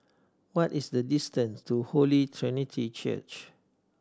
what is the distance to Holy Trinity Church